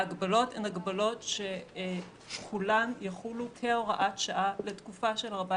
ההגבלות הן הגבלות שכולן יחולו כהוראת שעה לתקופה של 14